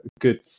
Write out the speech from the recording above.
good